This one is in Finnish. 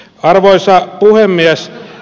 arvoisa puhemies